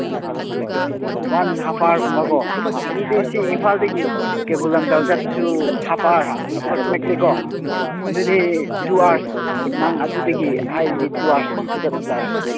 one and half ꯑꯋꯥꯔꯒꯨꯝꯕꯀꯣ ꯑꯗꯨꯗꯤ ꯁꯤ ꯏꯝꯐꯥꯜꯗꯒꯤ ꯀꯩꯕꯨꯜ ꯂꯝꯖꯥꯎ ꯆꯠꯄꯁꯨ ꯍꯥꯐ ꯑꯋꯥꯔ ꯑꯦꯄ꯭ꯔꯣꯛꯁꯤꯃꯦꯠꯂꯤꯀꯣ ꯑꯗꯨꯗꯤ ꯇꯨ ꯑꯋꯥꯔꯁ ꯅꯪ ꯑꯗꯨꯗꯒꯤ ꯍꯥꯏꯔꯗꯤ ꯇꯨ ꯑꯋꯥꯔꯁ ꯆꯠꯄ ꯇꯥꯔꯦ